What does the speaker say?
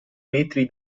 metri